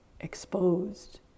exposed